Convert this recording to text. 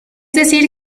decir